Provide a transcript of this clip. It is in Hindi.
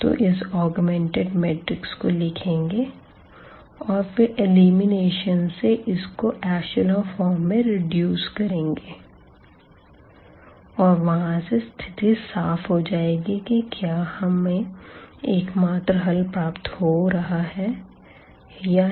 तो इस ऑगमेंटेड मैट्रिक्स को लिखेंगे और फिर एलिमिनेशन से इसको एशलों फॉर्म में रेड्यूस करेंगे और वहां से स्थिति साफ हो जाएगी कि क्या हमें एकमात्र हल प्राप्त हो रहा है या नहीं